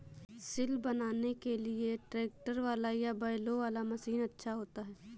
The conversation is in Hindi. सिल बनाने के लिए ट्रैक्टर वाला या बैलों वाला मशीन अच्छा होता है?